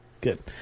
Good